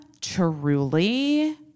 truly